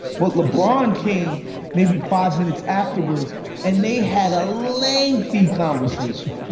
but lebron came maybe five minutes afterwards and they had a lengthy conversation,